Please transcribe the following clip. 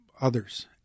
others